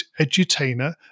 Edutainer